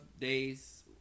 days